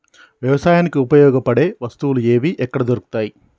వ్యవసాయానికి ఉపయోగపడే వస్తువులు ఏవి ఎక్కడ దొరుకుతాయి?